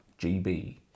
GB